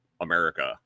America